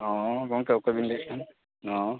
ᱦᱮᱸ ᱜᱚᱢᱠᱮ ᱚᱠᱚᱭ ᱵᱤᱱ ᱞᱟᱹᱭᱮᱜ ᱠᱟᱱ ᱦᱮᱸ